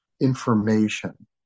information